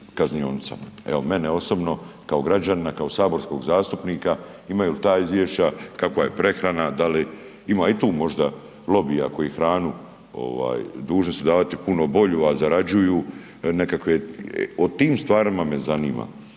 Evo mene osobno, kao građanina, kao saborskog zastupnika ima ta izvješća, kakva je prehrana, da li ima i tu možda lobija koji hranu dužni su davati puno bolju, a zarađuju nekakve, o tim stvarima me zanima.